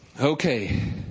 Okay